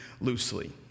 loosely